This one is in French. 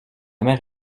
mère